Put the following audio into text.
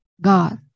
God